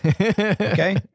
Okay